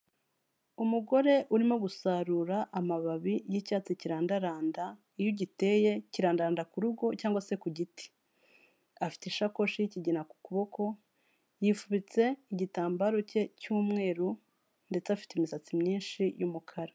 Umugore urimo gusarura amababi y'icyatsi kirandaranda, iyo ugiteye kirandanda ku rugo cyangwa se ku giti, afite isakoshi y'ikigina ku kuboko, yifubitse igitambaro cye cy'umweru ndetse afite imisatsi myinshi y'umukara.